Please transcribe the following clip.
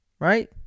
Right